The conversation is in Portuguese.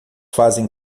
fazem